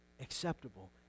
acceptable